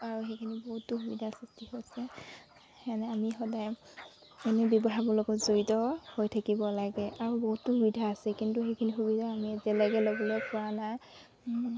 আৰু সেইখিনি বহুতো সুবিধাৰ সৃষ্টি হৈছে তেনে আমি সদায় এনে ব্যৱহাৰবোৰৰ লগত জড়িত হৈ থাকিব লাগে আৰু বহুতো সুবিধা আছে কিন্তু সেইখিনি সুবিধা আমি এতিয়ালৈকে ল'বলৈ পোৱা নাই